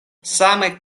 same